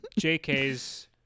jk's